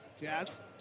Jazz